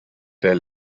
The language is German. der